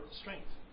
strength